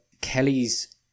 Kelly's